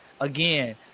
again